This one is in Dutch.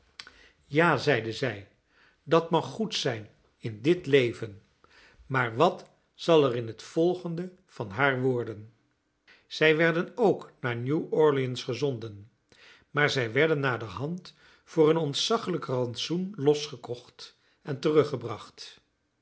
ja zeide zij dat mag goed zijn in dit leven maar wat zal er in het volgende van haar worden zij werden ook naar new-orleans gezonden maar zij werden naderhand voor een ontzaglijk rantsoen losgekocht en teruggebracht